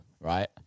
right